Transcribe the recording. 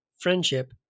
friendship